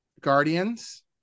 Guardians